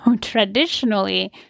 traditionally